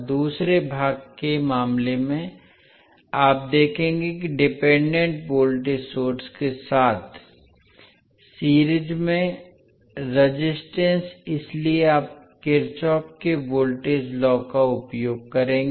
दूसरे भाग के मामले में आप देखेंगे कि डिपेंडेंट वोल्टेज सोर्स के साथ सीरीज में रेजिस्टेंस इसलिए आप किरचॉफ के वोल्टेज लॉ का उपयोग करेंगे